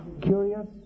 curious